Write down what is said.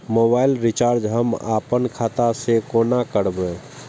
Mobile recharge हम आपन खाता से कोना करबै?